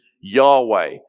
Yahweh